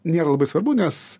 nėra labai svarbu nes